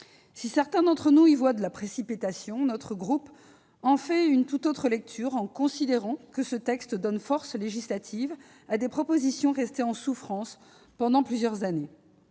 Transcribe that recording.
Si certains d'entre nous y voient de la précipitation, notre groupe en fait une tout autre lecture, en considérant que ce texte donne force de loi à des propositions restées en souffrance pendant plusieurs années.